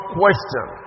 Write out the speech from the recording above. question